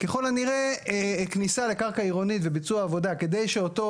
ככל הנראה כניסה לקרקע עירונית וביצוע עבודה כדי שאותו